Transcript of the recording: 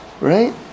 Right